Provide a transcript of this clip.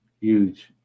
Huge